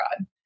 God